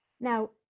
Now